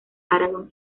aragón